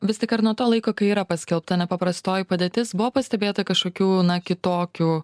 vis tik ar nuo to laiko kai yra paskelbta nepaprastoji padėtis buvo pastebėta kažkokių kitokių